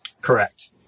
Correct